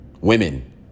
women